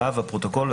(ו) הפרוטוקול,